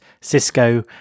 Cisco